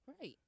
right